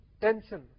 tension